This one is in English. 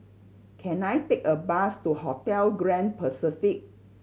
can I take a bus to Hotel Grand Pacific